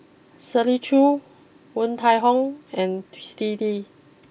Shirley Chew Woon Tai Ho and Twisstii